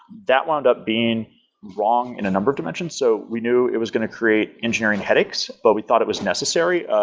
that wind up being wrong in a number of dimensions. so we know it was going to create engineering headaches, but we thought it was necessary.